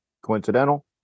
coincidental